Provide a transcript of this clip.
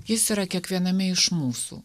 jis yra kiekviename iš mūsų